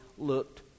looked